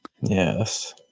Yes